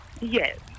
Yes